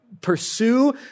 pursue